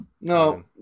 No